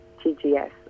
TGS